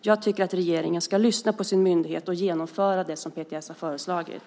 Jag tycker att regeringen ska lyssna på sin myndighet och genomföra det som PTS har föreslagit.